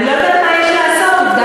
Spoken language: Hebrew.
אם היה, אז